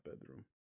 bedroom